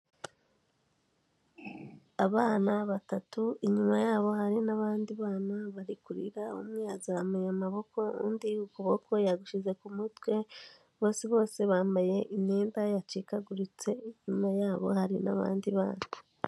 Abana batatu inyuma yabo hari n'abandi bana barikurira umwe azamuye amaboko, undi ukuboko yagushyize ku mutwe. Bose bose bambaye imyenda yacikaguritse. Inyuma yabo hari n'abandi bana.